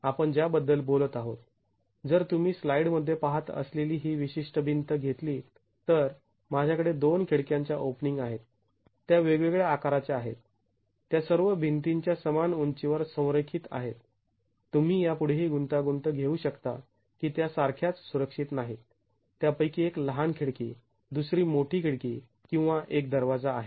आपण ज्या बद्दल बोलत आहोत जर तुम्ही स्लाईडमध्ये पहात असलेली ही विशिष्ट भिंत घेतली तर माझ्याकडे दोन खिडक्यांच्या ओपनिंग आहेत त्या वेगवेगळ्या आकाराच्या आहेत त्या सर्व भिंतीच्या समान उंचीवर संरेखित आहेत तुम्ही यापुढेही गुंतागुंत घेऊ शकता की त्या सारख्याच सुरक्षित नाहीत त्यापैकी एक लहान खिडकी दुसरी मोठी खिडकी किंवा एक दरवाजा आहे